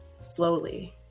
slowly